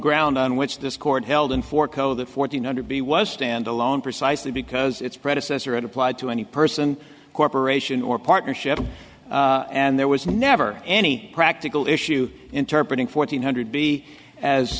ground on which this court held in for co the fourteen under b was standalone precisely because its predecessor had applied to any person corporation or partnership and there was never any practical issue interpreted fourteen hundred b as